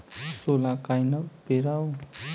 सोला कायनं पेराव?